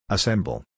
Assemble